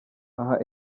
aha